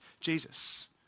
Jesus